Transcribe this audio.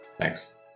Thanks